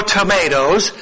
tomatoes